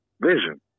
Vision